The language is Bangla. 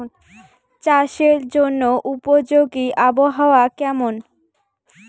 চাষের জন্য উপযোগী আবহাওয়া কেমন?